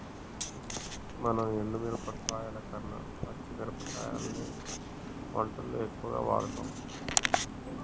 మనం ఎండు మిరపకాయల కన్న పచ్చి మిరపకాయలనే వంటల్లో ఎక్కువుగా వాడుతాం